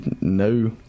no